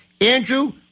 Andrew